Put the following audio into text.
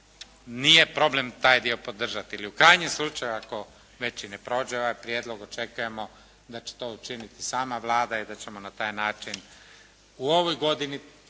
nije problem taj dio podržati. Ili u krajnjem slučaju ako već i ne prođe ovaj prijedlog, očekujemo da će to učiniti sama Vlada i da ćemo na taj način u ovoj godini